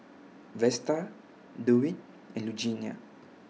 Vesta Dewitt and Lugenia